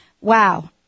wow